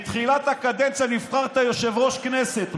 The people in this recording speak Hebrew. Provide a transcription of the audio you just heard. ובתחילת הקדנציה נבחרת ליושב-ראש הכנסת.